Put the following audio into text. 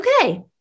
Okay